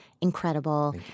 incredible